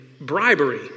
bribery